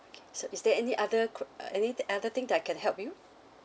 okay so is there any other qu~ uh any other thing that I can help you